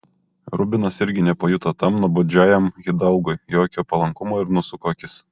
rubinas irgi nepajuto tam nuobodžiajam hidalgui jokio palankumo ir nusuko akis